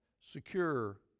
secure